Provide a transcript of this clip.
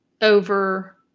over